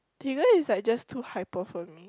tiger is like just too hyper for me